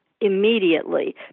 immediately